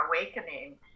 awakening